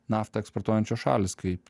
naftą eksportuojančios šalys kaip